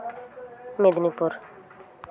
Medinipur